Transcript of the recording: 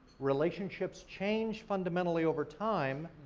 relationships change fundamentally over time,